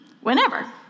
whenever